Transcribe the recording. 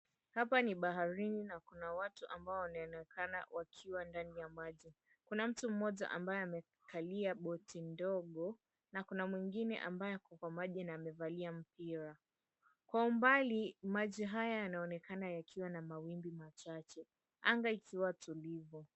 Hapa ni baharini na kuna watu ambao wanaonekana wakiwa ndani ya maji. Kuna mtu mmoja ambaye amekalia boti ndogo, na kuna mwingine ambaye ako kwa maji na amevalia mpira. Kwa umbali maji haya yanaonekana yakiwa na mawimbi machache, anga ikiwa tulivu.